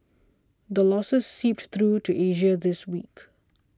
the losses seeped through to Asia this week